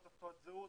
פה צריך תעודת זהות,